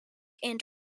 and